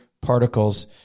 particles